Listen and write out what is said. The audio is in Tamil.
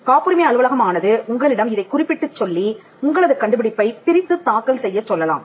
காப்புரிமை அலுவலகம் ஆனது உங்களிடம் இதைக் குறிப்பிட்டுச் சொல்லி உங்களது கண்டுபிடிப்பைப் பிரித்துத் தாக்கல் செய்யச் சொல்லலாம்